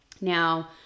Now